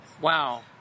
Wow